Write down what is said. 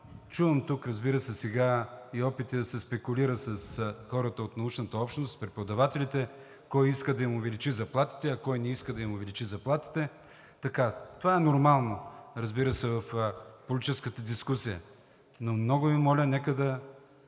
Чувам тук, разбира се, сега и опити да се спекулира с хората от научната общност, с преподавателите – кой иска да им увеличи заплатите, кой не иска да им увеличи заплатите. Това е нормално, разбира се, в политическата дискусия. Но много Ви моля, нека да